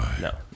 No